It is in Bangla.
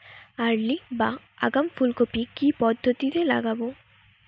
আর্লি বা আগাম ফুল কপি কি পদ্ধতিতে লাগাবো?